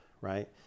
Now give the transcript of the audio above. right